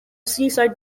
seaside